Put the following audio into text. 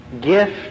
gift